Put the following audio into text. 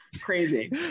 Crazy